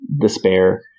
despair